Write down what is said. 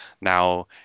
now